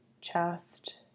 chest